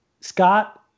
Scott